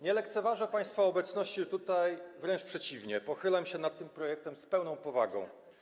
Nie lekceważę państwa obecności tutaj, wręcz przeciwnie, pochylam się nad tym projektem z pełną powagą.